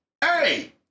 Hey